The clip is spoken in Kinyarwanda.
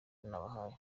nabahaye